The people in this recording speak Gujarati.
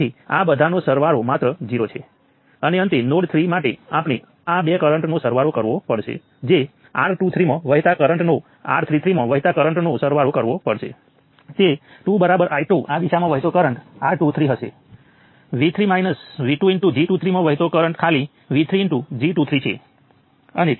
તેથી આ માઈનસ 7 મિલી એમ્પીયર છે અને નોડ 2 માં જે દબાણ કરવામાં આવી રહ્યું છે તે વત્તા 14 મિલી એમ્પીયર છે અને આપણે તેને ઉકેલવું પડશે